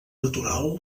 natural